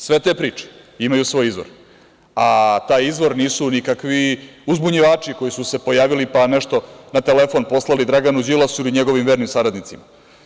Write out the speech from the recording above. Sve te priče imaju svoj izvor, a taj izvor nisu nikakvi uzbunjivači koji su se pojavili pa nešto na telefon poslali Draganu Đilasu ili njegovim vernim saradnicima.